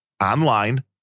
online